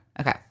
Okay